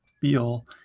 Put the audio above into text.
feel